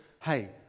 Hey